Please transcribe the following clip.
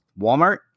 Walmart